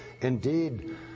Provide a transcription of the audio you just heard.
indeed